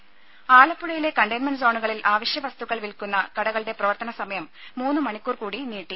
രുമ ആലപ്പുഴയിലെ കണ്ടെയ്ൻമെന്റ് സോണുകളിൽ അവശ്യ വസ്തുക്കൾ വിൽക്കുന്ന കടകളുടെ പ്രവർത്തന സമയം മൂന്ന് മണിക്കൂർ കൂടി നീട്ടി